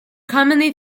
commonly